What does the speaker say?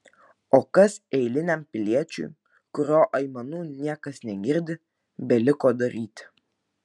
o kas eiliniam piliečiui kurio aimanų niekas negirdi beliko daryti